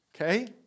Okay